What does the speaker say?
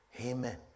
Amen